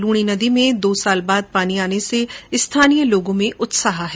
लूणी नदी में दो साल बाद पानी आने से स्थानीय लोगों में उत्साह है